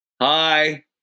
Hi